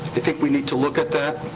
i think we need to look at that,